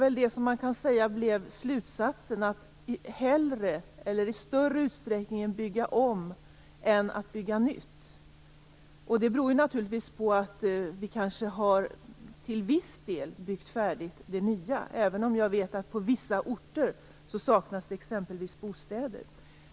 Slutsatsen blev att det i större utsträckning gäller att bygga om än att bygga nytt. Det beror naturligtvis på att vi till viss del har byggt färdigt det nya, även om jag vet att det på vissa orter saknas exempelvis bostäder.